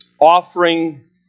offering